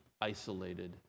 isolated